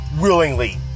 willingly